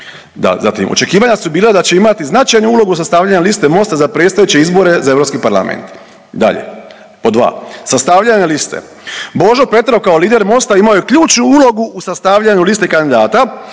Da, zatim očekivanja su bila da će imati značajnu ulogu sastavljanje liste Mosta za predstojeće izbore za Europski parlament. Dalje, pod dva. Sastavljanje liste. Božo Petrov kao lider Mosta imao je ključnu ulogu u sastavljanju liste kandidata,